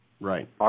Right